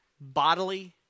bodily